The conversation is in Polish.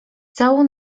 całą